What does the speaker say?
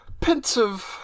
pensive